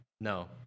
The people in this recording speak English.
no